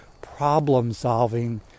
problem-solving